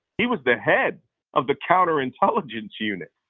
he was the head of the counterintelligence unit,